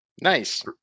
Nice